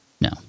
No